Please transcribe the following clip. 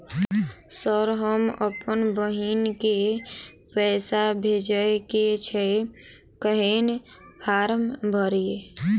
Sir हम अप्पन बहिन केँ पैसा भेजय केँ छै कहैन फार्म भरीय?